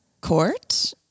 court